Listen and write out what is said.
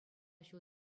ҫул